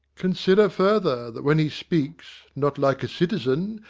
consider further, that when he speaks not like a citizen,